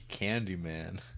Candyman